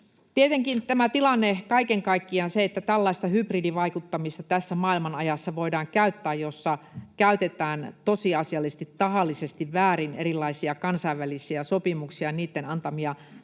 Tietenkin tätä tilannetta kaiken kaikkiaan, että tällaista hybridivaikuttamista voidaan käyttää tässä maailmanajassa — jossa käytetään tosiasiallisesti tahallisesti väärin erilaisia kansainvälisiä sopimuksia, niitten antamia